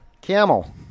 Camel